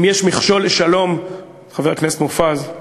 אם יש מכשול לשלום, חבר הכנסת מופז,